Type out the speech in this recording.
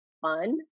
fun